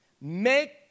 make